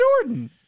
Jordan